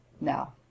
Now